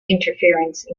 interference